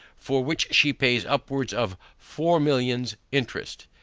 for which she pays upwards of four millions interest.